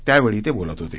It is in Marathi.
त्यावेळी ते बोलत होते